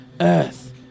Earth